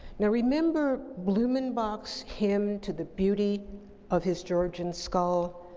now, remember blumenbach's hymn to the beauty of his georgian skull?